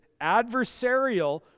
adversarial